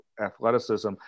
athleticism